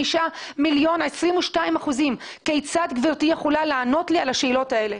מיליון זה 22%. כיצד גברתי יכולה לענות לי על השאלות האלה?